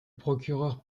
procureur